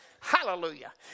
Hallelujah